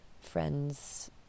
friend's